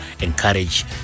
encourage